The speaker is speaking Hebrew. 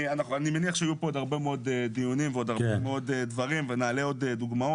אני מניח שיהיו כאן עוד הרבה מאוד דיונים ונעלה עוד דוגמאות